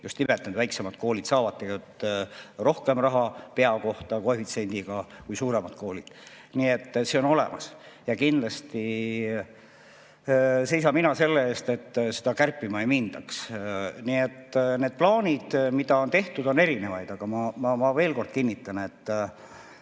just nimelt need väiksemad koolid saavad koefitsiendiga rohkem raha pea kohta kui suuremad koolid. Nii et see on olemas. Kindlasti seisan mina selle eest, et seda kärpima ei mindaks. Nii et plaane, mida on tehtud, on erinevaid. Aga ma veel kord kinnitan, et